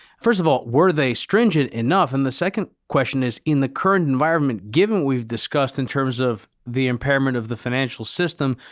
first of all, were they stringent enough? and the second question is, in the current environment, given what we've discussed in terms of the impairment of the financial system,